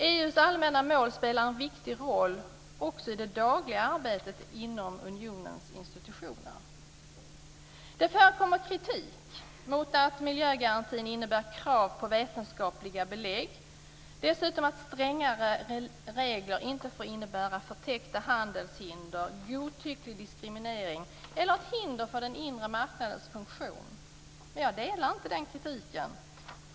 EU:s allmänna mål spelar en viktig roll också i det dagliga arbetet inom unionens institutioner. Det förekommer kritik mot att miljögarantin innebär krav på vetenskapliga belägg och dessutom att strängare regler inte får innebära förtäckta handelshinder, godtycklig diskriminering eller ett hinder för den inre marknadens funktion. Jag delar inte denna kritik.